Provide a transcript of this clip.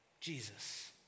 Jesus